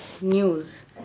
news